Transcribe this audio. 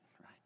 right